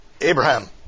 Abraham